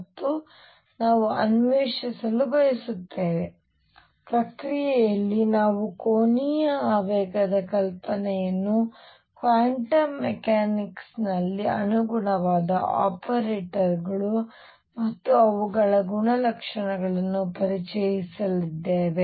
ಮತ್ತು ನಾವು ಅನ್ವೇಷಿಸಲು ಬಯಸುತ್ತೇವೆ ಪ್ರಕ್ರಿಯೆಯಲ್ಲಿ ನಾವು ಕೋನಿಯ ಆವೇಗದ ಕಲ್ಪನೆಯನ್ನು ಕ್ವಾಂಟಮ್ ಮೆಕ್ಯಾನಿಕ್ಸ್ ನಲ್ಲಿ ಅನುಗುಣವಾದ ಆಪರೇಟರ್ಗಳು ಮತ್ತು ಅವುಗಳ ಗುಣಲಕ್ಷಣಗಳನ್ನು ಪರಿಚಯಿಸಲಿದ್ದೇವೆ